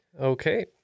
Okay